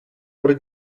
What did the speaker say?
per